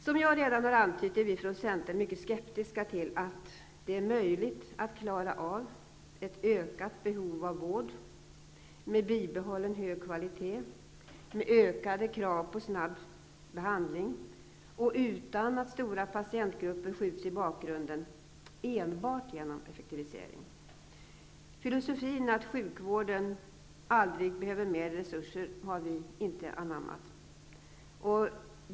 Som jag redan har antytt, är vi från centern mycket skeptiska till att det är möjligt att enbart genom effektivisering klara ett ökat behov av vård med bibehållen hög kvalitet, med ökade krav på snabb behandling och utan att stora patientgrupper skjuts i bakgrunden. Filosofin att sjukvården aldrig behöver mer resurser har vi inte anammat.